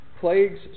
plagues